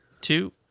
two